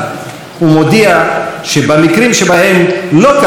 ומודיע שבמקרים שבהם לא כך יהיה,